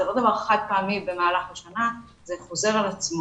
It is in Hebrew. לא דבר חד-פעמי במהלך השנה אלא זה חוזר על עצמו.